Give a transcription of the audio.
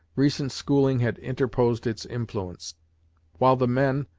recent schooling had interposed its influence while the men,